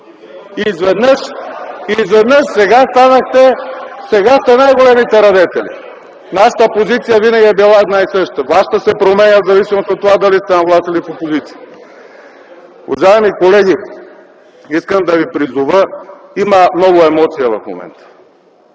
Изведнъж сега станахте най-големите радетели. Нашата позиция винаги е била една и съща, вашата се променя в зависимост от това дали сте на власт или в опозиция. Уважаеми колеги, искам да ви призова. Има много емоция в момента